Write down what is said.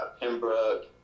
Pembroke